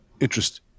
interest